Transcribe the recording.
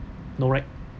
no right